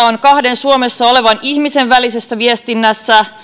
on kahden suomessa olevan ihmisen välisestä viestinnästä